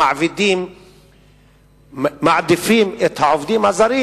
המעבידים מעדיפים את העובדים הזרים,